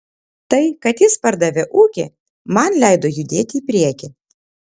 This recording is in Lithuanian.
tai kad jis pardavė ūkį man leido judėti į priekį